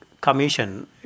Commission